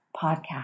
podcast